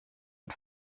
und